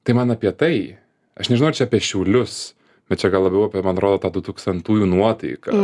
tai man apie tai aš nežinau ar čia apie šiaulius bet čia gal labiau apie man atrodo tą dutūkstantųjų nuotaiką